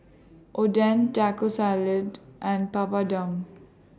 Oden Taco Salad and Papadum